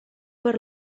per